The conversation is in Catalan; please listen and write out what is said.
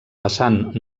vessant